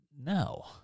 No